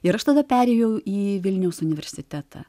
ir aš tada perėjau į vilniaus universitetą